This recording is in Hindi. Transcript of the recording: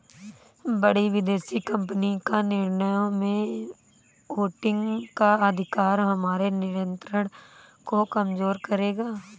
बड़ी विदेशी कंपनी का निर्णयों में वोटिंग का अधिकार हमारे नियंत्रण को कमजोर करेगा